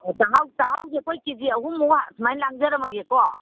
ꯑꯣ ꯆꯥꯍꯥꯎꯁꯦ ꯑꯩꯈꯣꯏ ꯀꯦꯖꯤ ꯑꯍꯨꯝꯃꯨꯛ ꯁꯨꯃꯥꯏꯅ ꯂꯥꯛꯖꯔꯝꯃꯒꯦꯀꯣ